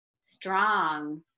strong